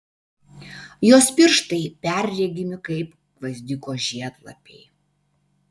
jos pirštai perregimi kaip gvazdiko žiedlapiai